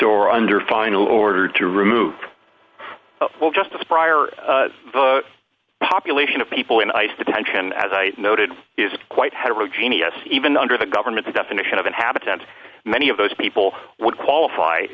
or under final order to remove well justice prior vote population of people in ice detention as i noted is quite heterogeneous even under the government's definition of inhabitant many of those people would qualify